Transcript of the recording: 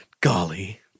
Golly